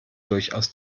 durchaus